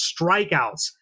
strikeouts